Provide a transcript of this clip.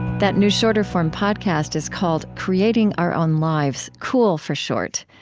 that new shorter-form podcast is called creating our own lives, cool for short.